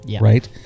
Right